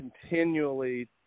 continually